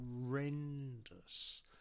horrendous